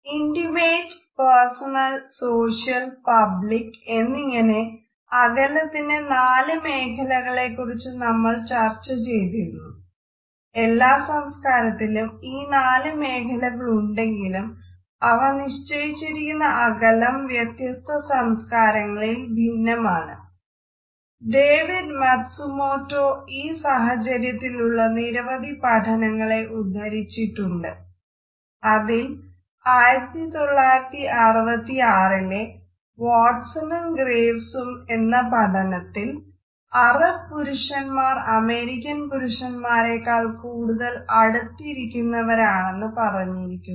intimate എന്ന പഠനത്തിൽ Arab പുരുഷന്മാർ അമേരിക്കൻ പുരുഷന്മാരേക്കാൾ കൂടുതൽ അടുത്ത് ഇരിക്കുന്നവരാണെന്ന് പറഞ്ഞിരിക്കുന്നു